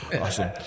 Awesome